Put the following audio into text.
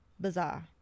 Bizarre